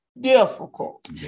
difficult